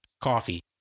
coffee